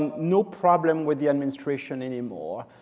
and no problem with the administration anymore.